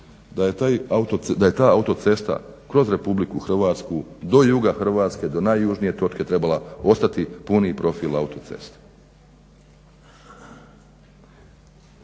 da je ta autocesta kroz RH do juga Hrvatske do najjužnije točke trebala ostati puni profil autoceste.